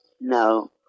No